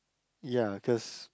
ya cause